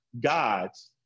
gods